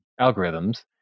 algorithms